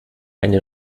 eine